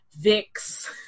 vix